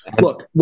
Look